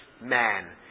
man